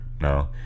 No